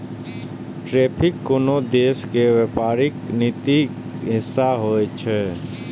tariff कोनो देशक व्यापारिक नीतिक हिस्सा होइ छै